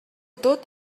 tot